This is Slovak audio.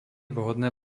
vhodné